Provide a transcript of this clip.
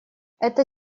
это